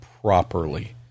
properly